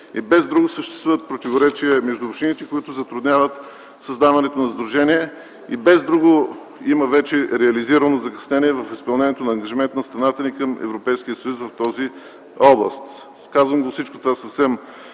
И без друго съществуват противоречия между общините, които затрудняват създаването на сдружение, и без друго има вече реализирано закъснение в изпълнението на ангажимента на страната ни към Европейския съюз в тази област. Казвам всичко това съвсем